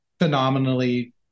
phenomenally